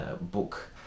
book